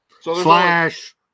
Slash